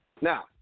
now